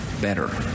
better